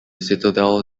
citadel